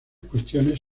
cuestiones